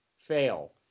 fail